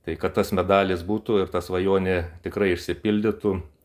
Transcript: tai kad tas medalis būtų ir ta svajonė tikrai išsipildytų